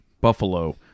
Buffalo